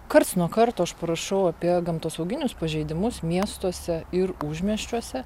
karts nuo karto aš parašau apie gamtosauginius pažeidimus miestuose ir užmiesčiuose